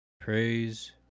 Praise